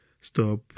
stop